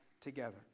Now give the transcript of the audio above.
together